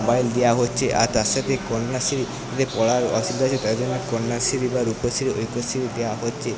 mobile দেওয়া হচ্ছে আর তার সাথে কন্যাশ্রী তাদের পড়ার অসুবিধা হচ্ছে তাই জন্যে কন্যাশ্রী বা রূপশ্রী ঐক্যশ্রী দেওয়া হচ্ছে